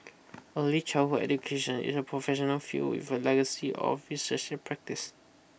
early childhood education is a professional field with a legacy of research and practice